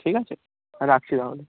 ঠিক আছে রাখছি তাহলে